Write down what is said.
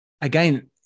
again